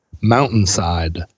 mountainside